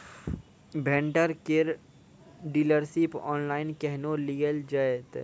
Vendor केर dealership online केहनो लियल जेतै?